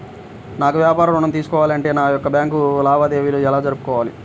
నాకు వ్యాపారం ఋణం తీసుకోవాలి అంటే నా యొక్క బ్యాంకు లావాదేవీలు ఎలా జరుపుకోవాలి?